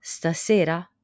stasera